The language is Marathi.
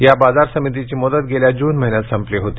या बाजार समितीची मुदत गेल्या जून महिन्यात संपली होती